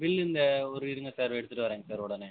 bill இந்த ஒரு இருங்க சார் எடுத்துகிட்டு வரேன் சார் உடனே